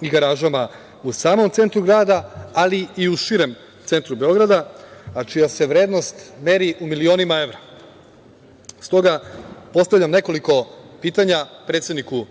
i garažama u samom centru grada, ali i u širem centru Beograda, a čija se vrednost meri u milionima evra.S toga, postavljam nekoliko pitanja predsedniku